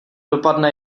dopadne